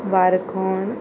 वारखोण